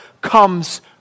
comes